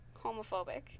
homophobic